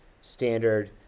standard